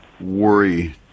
worry